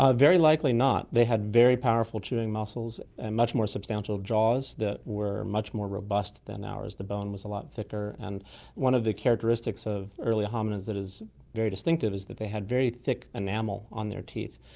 ah very likely not. they had very powerful chewing muscles and much more substantial jaws that were much more robust then ours, the bone was a lot thicker. and one of the characteristics of early hominids that is very distinctive is that they had very thick enamel on their teeth,